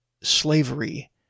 slavery